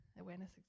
Awareness